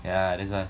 yeah that's why